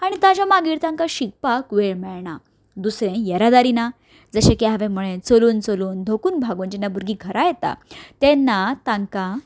आनी ताज्या मागीर तांकां शिकपाक वेळ मेळना दुसरें येरादारी ना जशें की हांवें म्हळें चलून चलून थकून भागून जेन्ना भुरगीं घरा येता तेन्ना तांकां